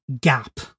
gap